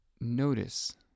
notice